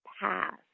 past